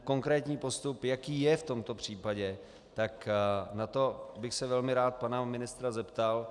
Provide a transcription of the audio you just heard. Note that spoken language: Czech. Konkrétní postup, jaký je v tomto případě, tak na to bych se velmi rád pana ministra zeptal.